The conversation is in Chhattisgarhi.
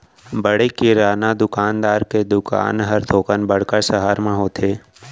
बड़े किराना दुकानदार के दुकान हर थोकन बड़का सहर म होथे